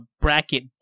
bracket